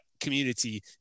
community